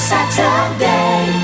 Saturday